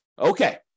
Okay